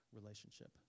relationship